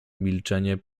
milczenie